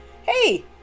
hey